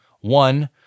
one